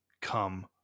come